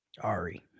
Ari